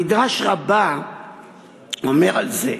מדרש רבה אומר על זה: